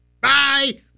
Bye